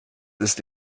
ist